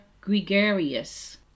gregarious